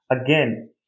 Again